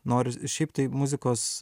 nori šiaip taip muzikos